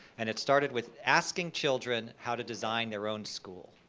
and it started with asking children how to design their own school.